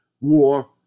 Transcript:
war